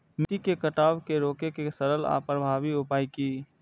मिट्टी के कटाव के रोके के सरल आर प्रभावी उपाय की?